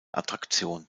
attraktion